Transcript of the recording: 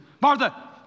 Martha